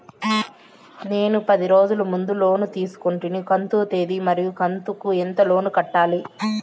నేను పది రోజుల ముందు లోను తీసుకొంటిని కంతు తేది మరియు కంతు కు ఎంత లోను కట్టాలి?